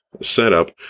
setup